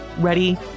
ready